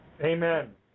Amen